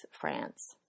France